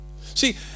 See